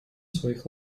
своих